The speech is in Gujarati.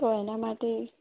તો એના માટે